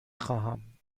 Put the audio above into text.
خواهم